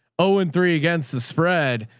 oh and three against the spread.